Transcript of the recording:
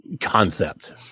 concept